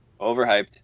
Overhyped